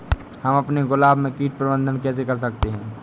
हम अपने गुलाब में कीट प्रबंधन कैसे कर सकते है?